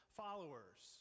followers